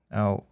Now